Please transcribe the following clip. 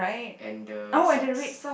and the socks